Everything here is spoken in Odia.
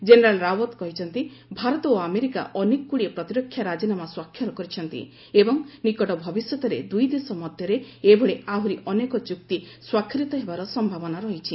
ଜେନେରାଲ ରାଓ୍ୱତ କହିଛନ୍ତି ଭାରତ ଓ ଆମେରିକା ଅନେଗୁଡ଼ିକଏ ପ୍ରତିରକ୍ଷା ରାଜିନାମା ସ୍ୱାକ୍ଷର କରିଛନ୍ତି ଏବଂ ନିକଟ ଭବିଷ୍ୟତରେ ଦୁଇଦେଶ ମଧ୍ୟରେ ଏଭଳି ଆହୁରି ଅନେକ ଚୁକ୍ତି ସ୍ୱାକ୍ଷରିତ ହେବାର ସମ୍ଭାବନା ହିଛି